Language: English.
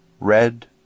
red